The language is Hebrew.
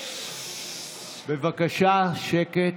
בבקשה שקט.